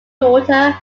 daughter